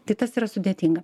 tai tas yra sudėtinga